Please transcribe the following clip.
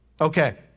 Okay